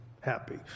happy